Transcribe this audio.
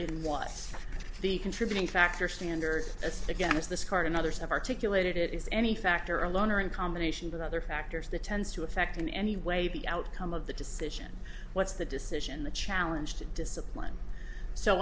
in what the contributing factor standards that's again is this card and others have articulated it is any factor alone or in combination with other factors that tends to affect in any way the outcome of the decision what's the decision the challenge to discipline so